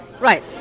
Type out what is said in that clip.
Right